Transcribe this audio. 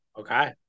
Okay